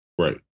Right